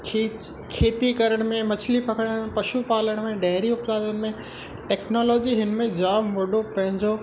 खिच खेती करण में मछली पकड़ण पशू पालन करण में डेरी उत्पादन में टेक्नोलॉजी हिन में जाम वॾो पंहिंजो